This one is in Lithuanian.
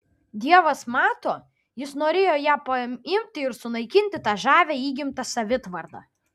dievas mato jis norėjo ją paimti ir sunaikinti tą žavią įgimtą savitvardą